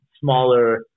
smaller